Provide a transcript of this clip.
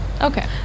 Okay